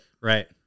Right